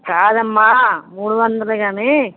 కాదమ్మ మూడువందలు కానీ